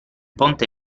ponte